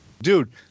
Dude